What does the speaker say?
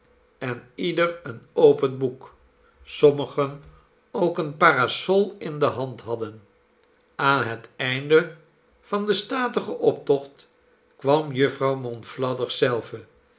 en ieder een open boek sommigen ook een parasol in de hand hadden aan het eind van den statigen optocht kwam jufvrouw monflathers zelve